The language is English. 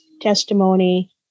testimony